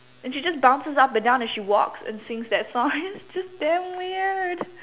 and she just bounces up and down as she walks around and sings that song and it's just damn weird